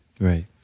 Right